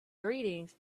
greetings